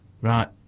Right